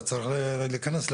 השעה היא 09:00,